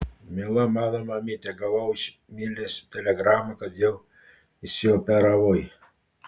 miela mano mamyte gavau iš milės telegramą kad jau išsioperavai